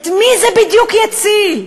את מי זה בדיוק יציל?